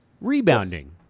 Rebounding